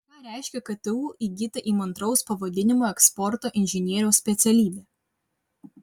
ką reiškia ktu įgyta įmantraus pavadinimo eksporto inžinieriaus specialybė